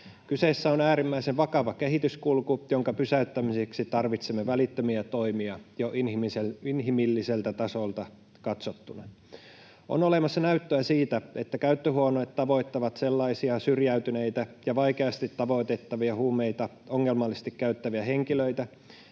Kyseessä on äärimmäisen vakava kehityskulku, jonka pysäyttämiseksi tarvitsemme välittömiä toimia jo inhimilliseltä tasolta katsottuna. On olemassa näyttöä siitä, että käyttöhuoneet tavoittavat sellaisia syrjäytyneitä ja vaikeasti tavoitettavia ongelmallisesti huumeita käyttäviä henkilöitä,